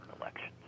elections